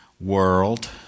World